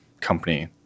company